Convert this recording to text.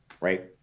right